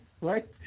right